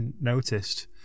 noticed